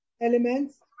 elements